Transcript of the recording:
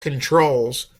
controls